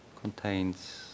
contains